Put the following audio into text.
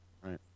right